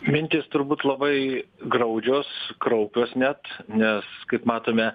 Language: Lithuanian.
mintys turbūt labai graudžios kraupios net nes kaip matome